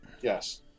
yes